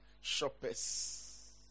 shoppers